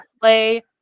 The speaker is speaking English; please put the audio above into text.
play